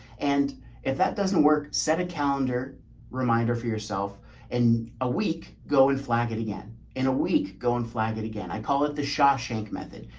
and if that doesn't work, set a calendar reminder for yourself and a week go and flag it again in a week. go and flag it again. i call it the shawshank method.